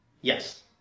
Yes